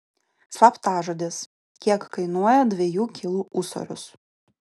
slaptažodis kiek kainuoja dviejų kilų ūsorius